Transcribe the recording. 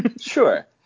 Sure